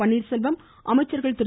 பன்னீர்செல்வம் அமைச்சர்கள் திரு